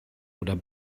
oder